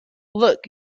look